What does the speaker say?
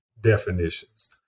definitions